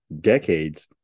decades